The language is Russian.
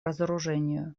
разоружению